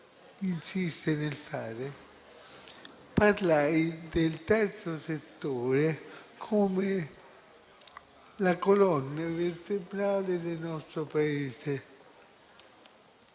insiste nel fare - parlai del Terzo settore come della colonna vertebrale del nostro Paese.